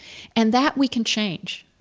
and that we can change.